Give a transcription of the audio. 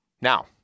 Now